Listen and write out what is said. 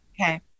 Okay